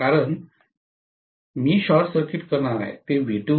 कारण मी short circuit करणार आहे ते V20